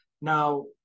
Now